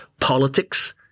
politics